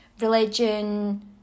religion